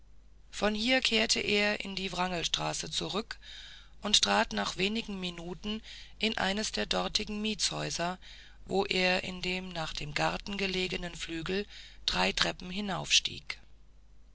von hier kehrte er in die wrangelstraße zurück und trat nach wenigen minuten in eines der dortigen mietshäuser wo er in dem nach dem garten zu liegenden flügel drei treppen